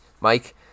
mike